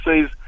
says